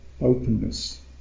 openness